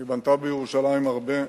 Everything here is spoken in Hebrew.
ובנתה בירושלים הרבה.